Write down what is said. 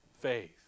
faith